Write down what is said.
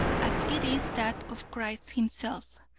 as it is that of christ himself.